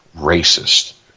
racist